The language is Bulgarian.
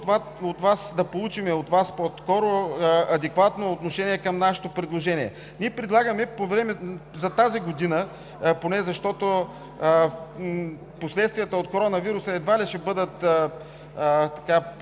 да получим адекватно отношение към нашето предложение. Ние предлагаме поне за тази година, защото последствията от коронавируса едва ли ще бъдат